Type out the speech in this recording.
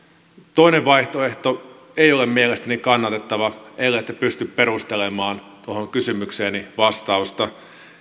toinen vaihtoehto ei ole mielestäni kannatettava ellette pysty perustelemaan tuohon kysymykseeni vastausta